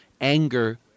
anger